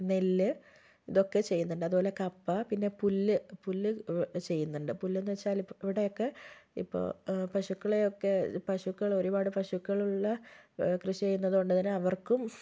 നെല്ല് ഇതൊക്കെ ചെയ്യുന്നുണ്ട് അതുപോലെ കപ്പ പിന്നെ പുല്ല് പുല്ല് ചെയ്യുന്നുണ്ട് പുല്ലെന്ന് വച്ചാല് ഇവിടെയൊക്കെ ഇപ്പോൾ പശുക്കളെയൊക്കെ പശുക്കള് ഒരുപാട് പശുക്കളുള്ള കൃഷി ചെയ്യുന്നതുകൊണ്ടു തന്നെ അവര്ക്കും